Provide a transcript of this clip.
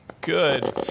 good